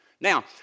Now